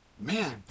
Man